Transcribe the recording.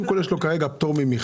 קודם כל, יש לו פטור ממכרז.